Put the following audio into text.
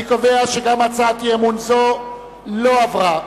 9. אני קובע שגם הצעת אי-אמון זו לא עברה.